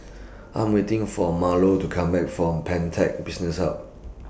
I'm waiting For Marlo to Come Back from Pantech Business Hub